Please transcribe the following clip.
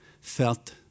felt